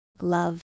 love